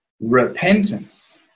repentance